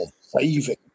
saving